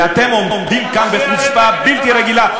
ואתם עומדים כאן בחוצפה בלתי רגילה.